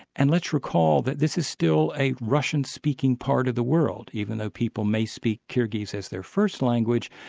and let's recall that this is still a russian-speaking part of the world, even though people may speak kyrgyz as their first language,